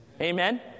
Amen